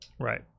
Right